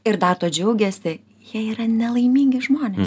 ir dar tuo džiaugiasi jie yra nelaimingi žmonės